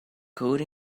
coded